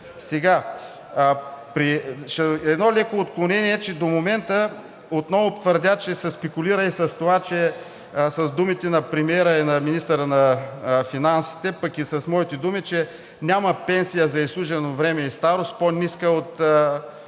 лв. Едно леко отклонение. До момента отново твърдя, че се спекулира, че с думите на премиера и на министъра на финансите, пък и с моите думи, че няма пенсия за изслужено време и старост, по-ниска от